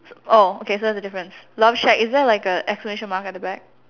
so oh okay so there's a difference love shack is there like a exclamation mark at the back